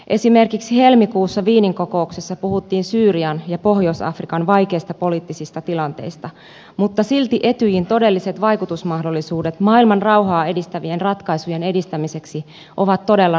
esimerkiksi helmikuussa wienin kokouksessa puhuttiin syyrian ja pohjois afrikan vaikeista poliittisista tilanteista mutta silti etyjin todelliset vaikutusmahdollisuudet maailmanrauhaa edistävien ratkaisujen edistämiseksi ovat todella rajalliset